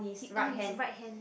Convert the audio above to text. he his right hand